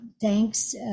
thanks